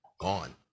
gone